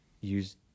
use